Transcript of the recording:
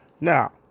Now